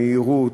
המהירות,